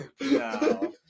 No